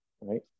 right